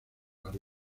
largo